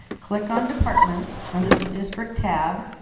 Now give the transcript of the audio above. click on departments under the district tab,